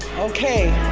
okay